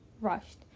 rushed